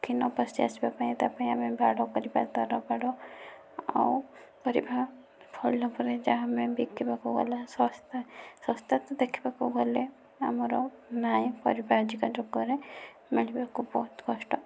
ପକ୍ଷୀ ନ ପଶି ଆସିବା ପାଇଁ ତା ପାଇଁ ଆମେ ବାଡ଼ କରିବା ତାର ବାଡ଼ ଆଉ ପରିବା ଫଳିଲା ପରେ ଯାହା ଆମେ ବିକିବାକୁ ଗଲେ ଶସ୍ତା ଶସ୍ତା ତ ଦେଖିବାକୂ ଗଲେ ଆମର ନାହିଁ ପରିବା ଆଜିକା ଯୁଗରେ ମିଲବାକୁ ବହୁତ କଷ୍ଟ